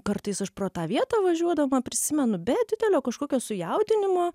kartais aš pro tą vietą važiuodama prisimenu be didelio kažkokio sujaudinimo